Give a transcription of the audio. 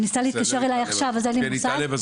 היא ניסתה להתקשר אליי עכשיו אז אין לי מושג.